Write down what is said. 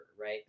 right